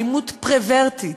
אלימות פרוורטית.